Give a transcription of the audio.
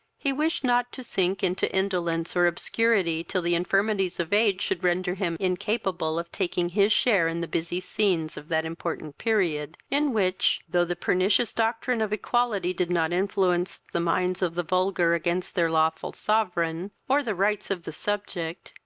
he wished not to sink into indolence or obscurity, till the infirmities of age should render him incapable of taking his share in the busy scenes of that important period, in which, though the pernicious doctrine of equality did not influence the minds of the vulgar against their lawful sovereign, or the rights of the subject,